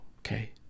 Okay